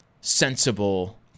sensible